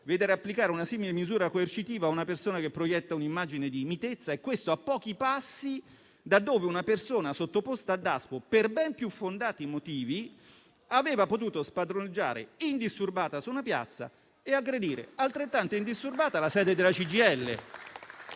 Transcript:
vedere applicare una simile misura coercitiva a una persona che proietta un'immagine di mitezza e questo a pochi passi da dove una persona sottoposta a Daspo per ben più fondati motivi aveva potuto spadroneggiare indisturbata su una piazza e aggredire altrettanto indisturbata la sede della CGIL.